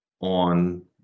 on